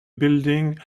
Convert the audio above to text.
building